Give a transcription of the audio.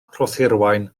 rhoshirwaun